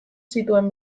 zituen